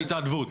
זה בהתנדבות.